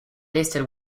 listed